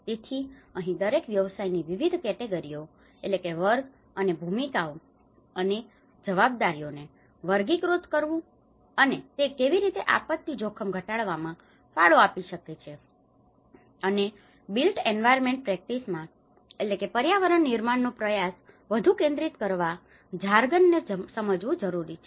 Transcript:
તેથી અહીં દરેક વ્યવસાયની વિવિધ કેટેગરીઓ category વર્ગ અને ભૂમિકાઓ અને જવાબદારીઓને વર્ગીકૃત કરવું અને તે કેવી રીતે આપત્તિ જોખમ ઘટાડવામાં ફાળો આપી શકે છે અને બિલ્ટ એન્વાયર્નમેન્ટ પ્રેક્ટિસમાંbuilt environment practice પર્યાવરણ નિર્માણનો પ્રયાસ વધુ કેન્દ્રિત કરવા જાર્ગનને સમજવું જરૂરી છે